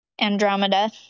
Andromeda